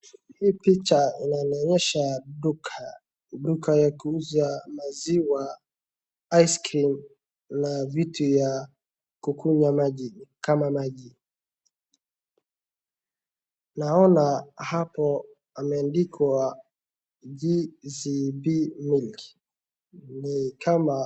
Hii picha inaonyesha duka. Duka ya kuuza maziwa, ice cream u na vitu ya kunywa maji kama maji. Naona hapo imeandikwa GSP Milk. Ni kama